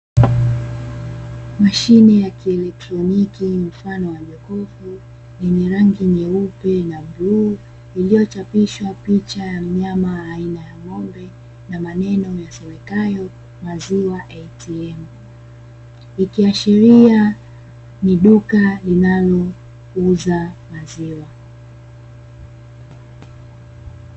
Mashine ya kielektroniki mfano wa jokofu, yenye rangi nyeupe na blue, iliyochapiswa picha ya mnyama aina ya ng’ombe na maneno yasomekayo "Maziwa ATM". Ikiashiria ni duka linalouza maziwa.